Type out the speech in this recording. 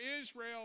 Israel